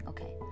Okay